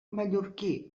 mallorquí